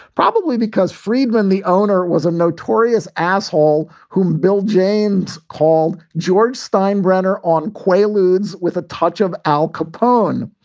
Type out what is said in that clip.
probably because friedman, the owner, was a notorious asshole who bill james called george steinbrenner on quaaludes with a touch of al capone.